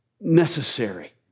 necessary